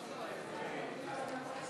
חוק שינויים בהסדר תקופת הלידה וההורות (תיקוני חקיקה),